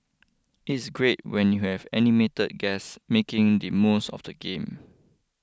it's great when you have animated guests making the most of the game